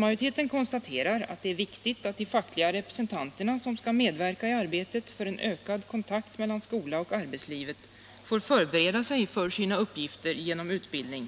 majoriteten konstaterar att det är viktigt att de fackliga representanter Nr 92 som skall medverka i arbetet för en ökad kontakt mellan skolan och Onsdagen den arbetslivet får förbereda sig för sina uppgifter genom utbildning.